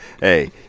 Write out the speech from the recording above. Hey